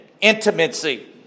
intimacy